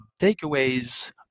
takeaways